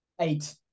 Eight